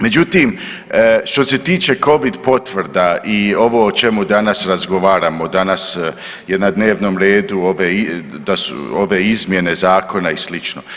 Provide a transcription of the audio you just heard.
Međutim, što se tiče Covid potvrda i ovo o čemu danas razgovaramo, danas je na dnevnom redu ove da su ove izmjene zakona i slično.